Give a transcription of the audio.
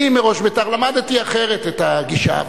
אני מראש בית"ר למדתי אחרת את הגישה,